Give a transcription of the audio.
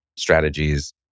Strategies